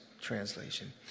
translation